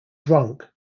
drunk